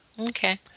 Okay